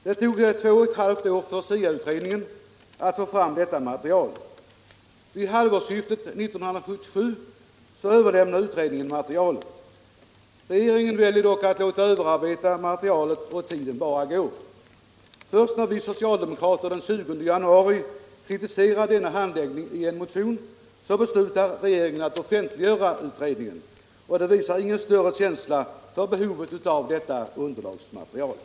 Det tog två och ett halvt år för SIA utredningen att få fram detta material. Vid halvårsskiftet 1977 överlämnade utredningen materialet. Regeringen väljer dock att låta överarbeta materialet, och tiden bara går. Först när vi socialdemokrater den 20 januari 1978 kritiserade denna handläggning i en motion beslutade regeringen att offentliggöra utredningen. Detta visar ingen större känsla för behovet av det här underlagsmaterialet.